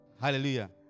Hallelujah